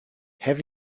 have